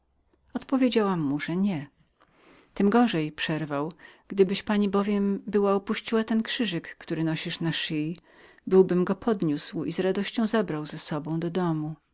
odpowiedziałam mu że nie tem gorzej przerwał gdybyś pani bowiem była upuściła ten krzyżyk który nosisz na szyi byłbym go podniósł i z radością zabrał z sobą do domu